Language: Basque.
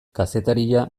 kazetaria